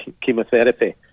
chemotherapy